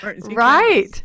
Right